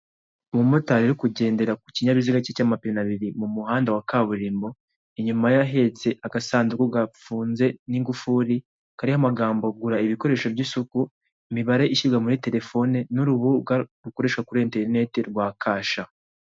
Umumotari uri kugendera ku kinyabiziga cye cy'amapine abiri mu muhanda wa kaburimbo inyuma ye ahetse agasanduku gafunze n'ingufuri kariho amagambo gura ibikoresho by'isuku imibare ishyirwa muri terefone n'urubuga rukoreshwa kuri interinete rwa kasha.